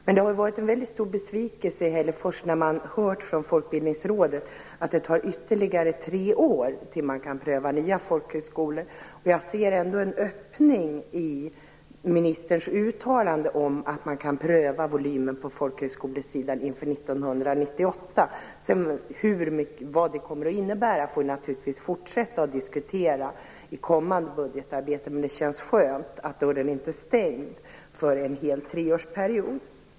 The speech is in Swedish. Men det har blivit en väldigt stor besvikelse i Hällefors när man har hört från Folkbildningsrådet att det tar ytterligare tre år tills dess att man kan pröva nya folkhögskolor. Jag ser ändå en öppning i ministerns uttalande om att man kan pröva volymen på folkhögskolesidan inför 1998. Vad det kommer att innebära får vi naturligtvis fortsätta att diskutera i kommande budgetarbete, men det känns skönt att dörren inte är stängd för en hel treårsperiod.